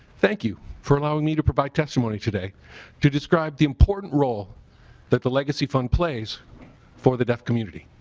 thank you for allowing me to provide testimony today to describe the important role that the legacy fund plays for the deaf community.